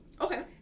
okay